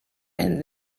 and